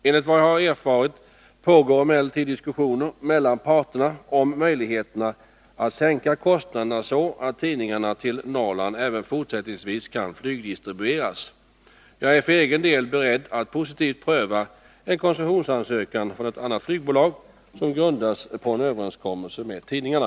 Enligt vad jag har erfarit pågår emellertid diskussioner mellan parterna om möjligheterna att sänka kostnaderna så att tidningarna till Norrland även fortsättningsvis kan flygdistribueras. Jag är för egen del beredd att positivt pröva en koncessionsansökan från ett annat flygbolag som grundas på en överenskommelse med tidningarna.